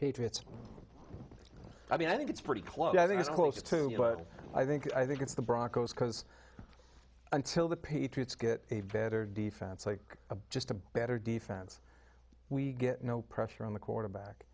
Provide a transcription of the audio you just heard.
patriots i mean i think it's pretty close i think it's close to but i think i think it's the broncos because until the patriots get a better defense like a just a better defense we get no pressure on the quarterback